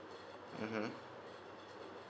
mmhmm